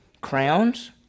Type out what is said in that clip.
crowns